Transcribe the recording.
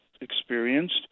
experienced